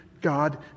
God